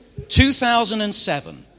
2007